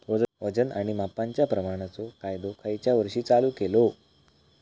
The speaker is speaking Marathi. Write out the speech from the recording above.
वजन आणि मापांच्या प्रमाणाचो कायदो खयच्या वर्षी चालू केलो?